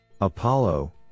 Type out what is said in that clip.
Apollo